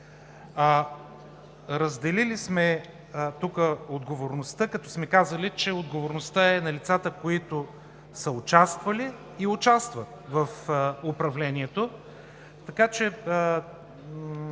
Разделили сме тук отговорността, като сме казали, че отговорността е на лицата, които са участвали и участват в управлението.